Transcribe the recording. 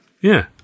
Yeah